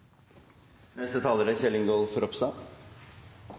neste omgang. Neste taler er